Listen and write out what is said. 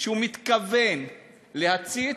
שהוא מתכוון להצית,